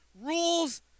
Rules